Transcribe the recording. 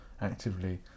actively